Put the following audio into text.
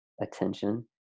attention